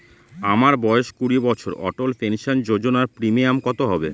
আমার বয়স কুড়ি বছর অটল পেনসন যোজনার প্রিমিয়াম কত হবে?